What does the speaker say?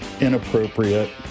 inappropriate